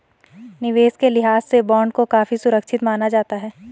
निवेश के लिहाज से बॉन्ड को काफी सुरक्षित माना जाता है